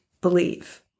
believe